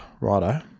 righto